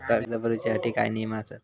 कर्ज भरूच्या साठी काय नियम आसत?